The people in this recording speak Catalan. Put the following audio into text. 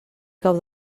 cau